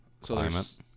Climate